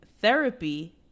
Therapy